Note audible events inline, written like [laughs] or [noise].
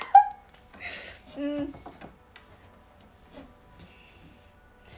[laughs] [breath] mm [noise]